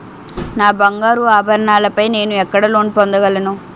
నా బంగారు ఆభరణాలపై నేను ఎక్కడ లోన్ పొందగలను?